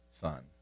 son